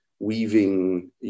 weaving